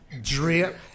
drip